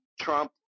Trump